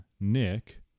Nick